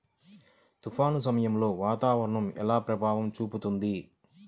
తుఫాను సమయాలలో వాతావరణం ఎలా ప్రభావం చూపుతుంది?